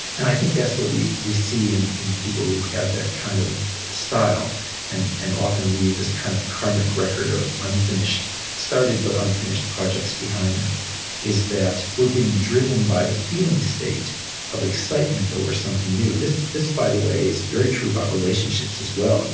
and i think that's what we we see in in people who have that kind of style and and often leave this kind of karmic record of started, but unfinished, projects behind them is that we're being driven by the feeling state of excitement over something new. this, by the way, is very true about relationships as well.